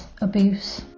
abuse